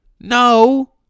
No